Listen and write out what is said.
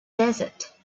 desert